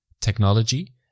technology